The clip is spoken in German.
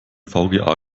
vga